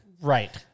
Right